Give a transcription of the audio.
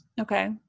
Okay